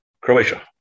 Croatia